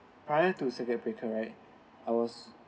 prior to circuit breaker right I was